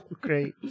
great